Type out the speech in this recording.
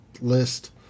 list